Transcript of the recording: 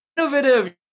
innovative